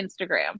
Instagram